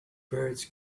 birds